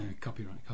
copyright